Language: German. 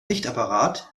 sichtapparat